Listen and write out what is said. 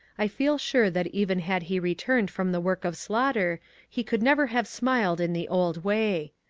i feel sure that even had he returned from the work of slaughter he could never have smiled in the old way.